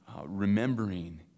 remembering